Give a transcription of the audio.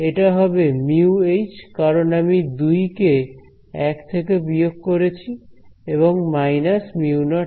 এটা হবে μ H কারণ আমি 2 কে 1 থেকে বিয়োগ করেছি এবং মাইনাস μ0 H0